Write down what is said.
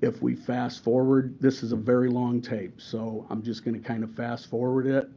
if we fast forward, this is a very long tape so i'm just going to kind of fast forward it